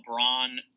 LeBron